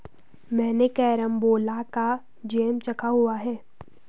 मैंने कैरमबोला का जैम चखा हुआ है